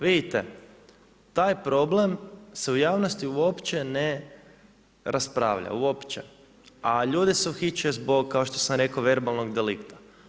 Vidite taj problem se u javnosti uopće ne raspravlja, uopće a ljude se uhićuje zbog kao što sam rekao verbalnog delikta.